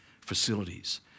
facilities